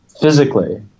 physically